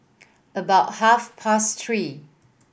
about half past three